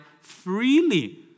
freely